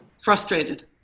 Frustrated